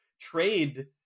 trade